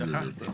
(הישיבה נפסקה